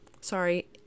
sorry